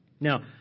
Now